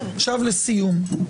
לסיום,